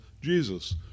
Jesus